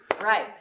Right